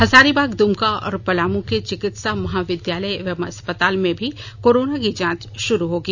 हजारीबाग दमका और पलाम के चिकित्सा महाविद्यालयएवं अस्पताल में भी कोरोना की जांच शुरू होगी